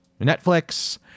netflix